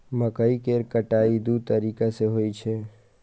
मकइ केर कटाइ दू तरीका सं होइ छै